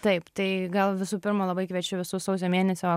taip tai gal visų pirma labai kviečiu visus sausio mėnesio